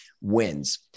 wins